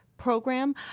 Program